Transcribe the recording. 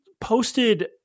posted